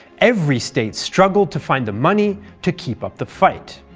every state struggled to find the money to keep up the fight.